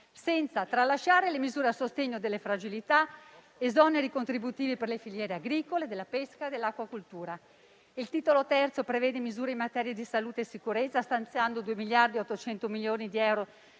senza tralasciare le misure a sostegno delle fragilità, esoneri contributivi per le filiere agricole, della pesca e dell'acquacoltura. Il titolo III prevede misure in materia di salute e sicurezza, stanziando 2,8 miliardi di euro